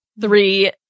three